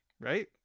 Right